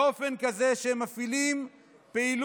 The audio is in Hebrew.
באופן כזה שהם מפעילים פעילות